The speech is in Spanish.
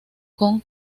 con